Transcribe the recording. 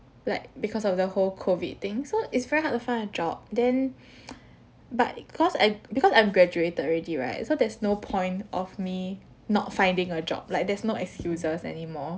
like because of the whole COVID thing so it's very hard to find a job then but cause I because I'm graduated already right so there's no point of me not finding a job like there's no excuses anymore